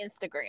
Instagram